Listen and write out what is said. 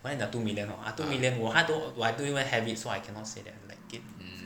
!wah! then the two million hor ah two million 我还 do~ I don't even have it so I cannot say that like it